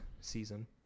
season